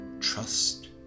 trust